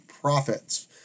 profits